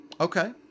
okay